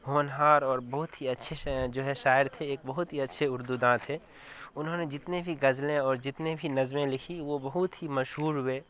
ہونہار اور بہت ہی اچھے ش جو ہے شاعر تھے ایک بہت اچھے اردو داں تھے انہوں نے جتنے بھی غزلیں اور جتنے بھی نظمیں لکھی وہ بہت ہی مشہور ہوئے